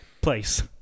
place